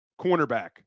cornerback